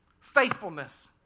faithfulness